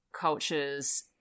cultures